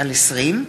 (שירות במשטרה ושירות מוכר) (תיקון מס' 15),